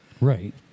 Right